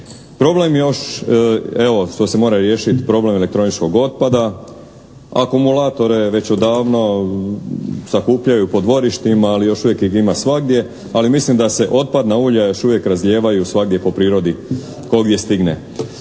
Problem još, evo što se mora riješiti, problem elektroničkog otpada. Akumulatore već odavno sakupljaju po dvorištima, ali još uvijek ih ima svagdje, ali mislim da se otpadna ulja još uvijek razlijevaju svagdje po prirodi. Tko gdje stigne.